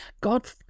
God